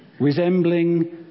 Resembling